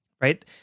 Right